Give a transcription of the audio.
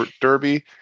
derby